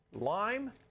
lime